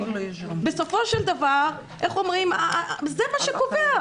בסופו של דבר, זה מה שקובע.